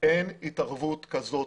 שאין התערבות כזאת,